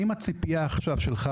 האם הציפייה שלך,